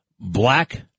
Black